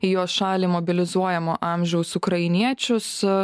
į jo šalį mobilizuojamo amžiaus ukrainiečius